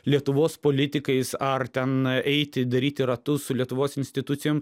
lietuvos politikais ar ten eiti daryti ratus su lietuvos institucijom